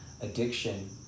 addiction